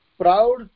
proud